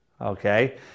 okay